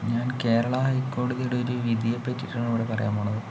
ഞാൻ കേരള ഹൈകോടതിയുടെ ഒരു വിധിയെപ്പറ്റിയിട്ടാണ് ഇവിടെ പറയാൻ പോകുന്നത്